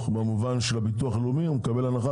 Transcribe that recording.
במובן של הביטוח הלאומי יקבל הנחה,